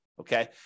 Okay